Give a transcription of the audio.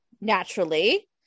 naturally